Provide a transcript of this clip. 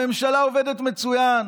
הממשלה עובדת מצוין.